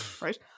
Right